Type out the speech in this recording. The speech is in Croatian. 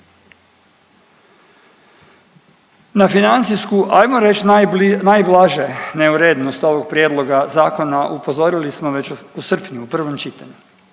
Na financijsku hajmo reći najblaže neurednost ovog prijedloga zakona upozorili smo već u srpnju u prvom čitanju